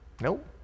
Nope